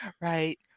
right